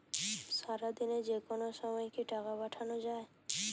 সারাদিনে যেকোনো সময় কি টাকা পাঠানো য়ায়?